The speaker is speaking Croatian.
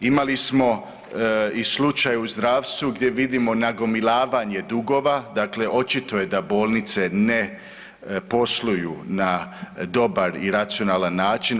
Imali smo i slučaju u zdravstvu gdje vidimo nagomilavanje dugova, dakle očito je da bolnice ne posluju na dobar i racionalan način.